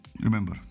remember